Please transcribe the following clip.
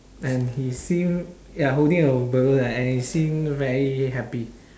and he seem ya holding a balloon and he seem very happy